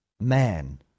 man